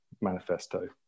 manifesto